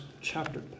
chapter